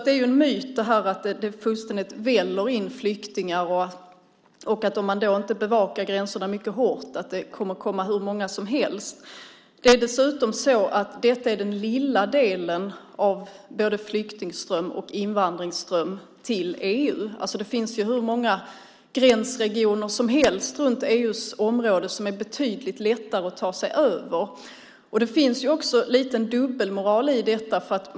Det är alltså en myt att det fullständigt väller in flyktingar och att det, om gränserna inte bevakas mycket hårt, kommer att komma hur många som helst. Dessutom är detta den lilla delen av både flyktingströmmen och invandringsströmmen till EU. Det finns ju hur många gränsregioner som helst runt EU-området där det är betydligt lättare att ta sig över till Europa. Det finns också lite dubbelmoral i detta.